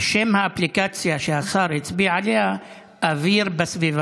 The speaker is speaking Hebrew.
שם האפליקציה שהשר הצביע עליה: "אוויר בסביבה".